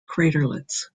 craterlets